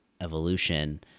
evolution